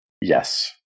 Yes